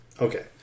Okay